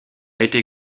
été